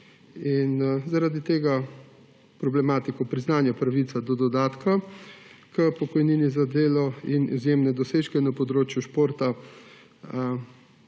Zaradi tega je problematiko priznanja pravice do dodatka k pokojnini za delo in izjemne dosežke na področju športa